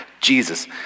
Jesus